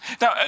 Now